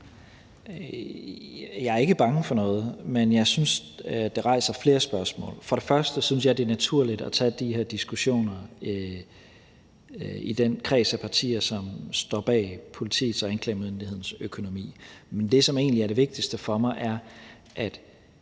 Jeg er ikke bange for noget, men jeg synes, det rejser flere spørgsmål. Først vil jeg sige, at jeg synes, det er naturligt at tage de her diskussioner i den kreds af partier, som står bag politiets og anklagemyndighedens økonomi. Men det, som egentlig er det vigtigste for mig, er, at